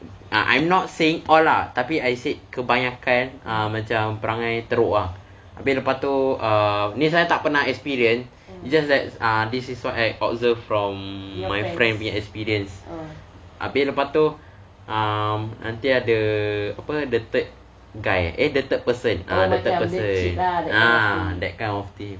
ah I'm not saying all lah tapi I said kebanyakan macam perangai teruk ah habis lepas tu ni safian tak pernah experience it's just that err this is what I observe from my friend punya experience habis lepas tu um nanti ada the third guy eh the third person the third person that kind of thing